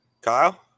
Kyle